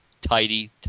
tidy